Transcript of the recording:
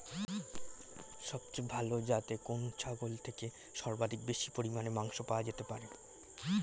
সবচেয়ে ভালো যাতে কোন ছাগল থেকে সর্বাধিক বেশি পরিমাণে মাংস পাওয়া যেতে পারে?